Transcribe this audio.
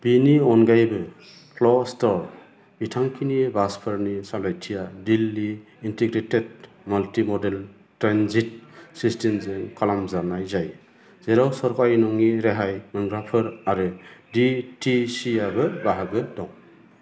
बेनि अनगायैबो क्लस्टर बिथांखिनि बासफोरनि सामलायथिया Delhi integrated multi modal transit सिस्टमजों खालामजानाय जायो जेराव सोरकारि नङि रेहाय मोनग्राफोर आरो डी टी सी आबो बाहागो दं